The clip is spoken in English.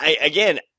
again